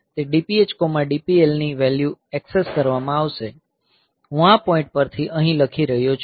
તે DPH DPL ની value access કરવામાં આવશે હું આ પોઈન્ટ પરથી અહીં લખી રહ્યો છું